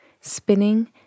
spinning